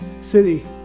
city